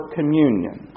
Communion